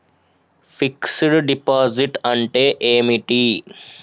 Fix డ్ deposit అంటే ఏమిటి?